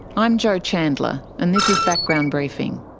i'm jo chandler, and this is background briefing.